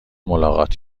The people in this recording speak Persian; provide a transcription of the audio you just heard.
ملاقات